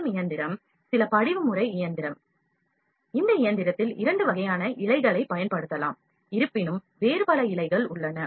M இயந்திரம் சில படிவு முறை எந்திரம் இந்த இயந்திரதில் இரண்டு வகையான இழைகளைப் பயன்படுத்தலாம் இருப்பினும் வேறு பல இழைகள் உள்ளன